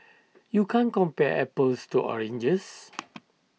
you can't compare apples to oranges